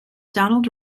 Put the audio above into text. donald